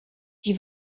die